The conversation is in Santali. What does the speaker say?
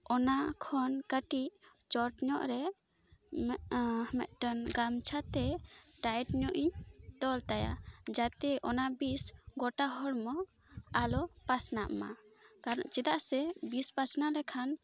ᱚᱱᱟ ᱠᱷᱚᱱ ᱠᱟᱹᱴᱤᱡ ᱪᱚᱴᱧᱚᱜ ᱨᱮ ᱢᱤᱫᱴᱮᱱ ᱜᱟᱢᱪᱷᱟᱛᱮ ᱴᱟᱭᱤᱴ ᱧᱚᱜ ᱤᱧ ᱛᱚᱞ ᱛᱟᱭᱟ ᱡᱟᱛᱮ ᱚᱱᱟ ᱵᱤᱥ ᱜᱚᱴᱟ ᱦᱚᱲᱢᱚ ᱟᱞᱚ ᱯᱟᱥᱱᱟᱜ ᱢᱟ ᱠᱟᱨᱚᱱ ᱪᱮᱫᱟᱜ ᱥᱮ ᱵᱤᱥ ᱯᱟᱥᱱᱟ ᱞᱮᱠᱷᱟᱱ